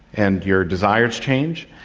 and your desires change,